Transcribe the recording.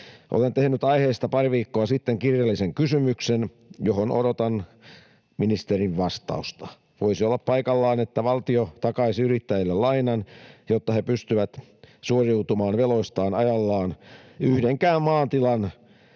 Olen tehnyt aiheesta pari viikkoa sitten kirjallisen kysymyksen, johon odotan ministerin vastausta. Voisi olla paikallaan, että valtio takaisi yrittäjille lainan, jotta he pystyvät suoriutumaan veloistaan ajallaan. Yhdenkään maatilan